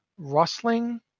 rustling